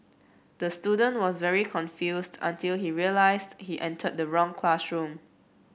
the student was very confused until he realised he entered the wrong classroom